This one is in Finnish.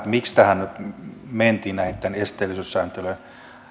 miksi tähän esteellisyyssääntelyn